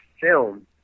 film